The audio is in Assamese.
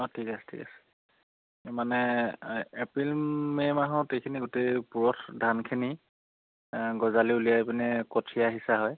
অঁ ঠিক আছে ঠিক আছে মানে এপ্ৰিল মে' মাহত এইখিনি গোটেই পুৰঠ ধানখিনি গজালি উলিয়াই পিনে কঠীয়া সিঁচা হয়